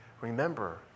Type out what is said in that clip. remember